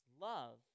love